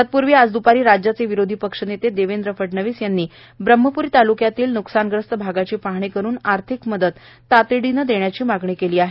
तत्पूर्वी आज द्पारी राज्याचे विरोधी पक्षनेते देवेंद्र फडणवीस यांनी ब्रम्हप्री तालुक्यातील न्कसानग्रस्त भागाची पाहणी करून आर्थिक मदत तातडीने देण्याची मागणी केली आहे